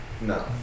No